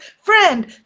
friend